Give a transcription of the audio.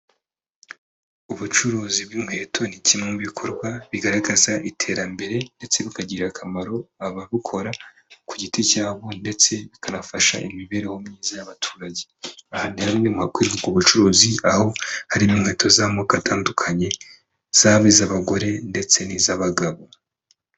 Ubucuruzi bw'inkweto ni kimwe mu bikorwa bigaragaza iterambere ndetse bukagirira akamaro ababukora ku giti cyabo ndetse bikanafasha imibereho myiza y'abaturage, aha ni hamwe mu hakorerwa ubwo bucuruzi aho harimo inkweto z'amoko atandukanye zaba iz'abagore ndetse n'iz'abagabo.